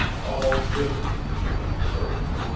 all grizzled in the company's service.